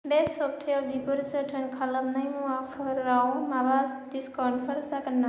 बे सबथायाव बिगुर जोथोन खालामनाय मुवाफोराव माबा डिसकाउन्टफोर जागोन ना